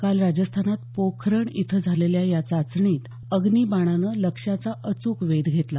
काल राजस्थानात पोखरण इथं झालेल्या या चाचणीत अग्निबाणानं लक्ष्याचा अचूक वेध घेतला